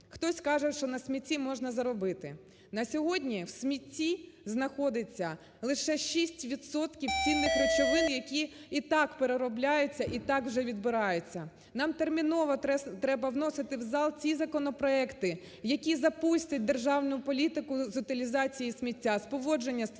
хтось каже, що на смітті можна заробити. На сьогодні в смітті знаходиться лише 6 відсотків цінних речовин, які і так переробляються, і так вже відбираються. Нам терміново треба вносити в зал ці законопроекти, які запустять державну політику з утилізації сміття, з поводження з твердими